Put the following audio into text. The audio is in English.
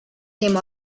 came